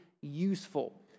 useful